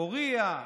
פוריה,